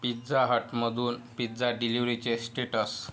pizza हटमधून pizza डिलिव्हरीचे status